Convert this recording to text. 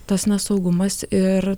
tas nesaugumas ir